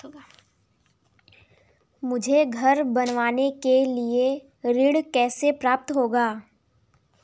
मुझे घर बनवाने के लिए ऋण कैसे प्राप्त होगा?